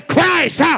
Christ